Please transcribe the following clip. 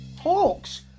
Hawks